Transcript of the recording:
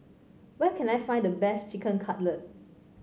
where can I find the best Chicken Cutlet